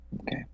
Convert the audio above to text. okay